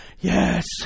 Yes